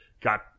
got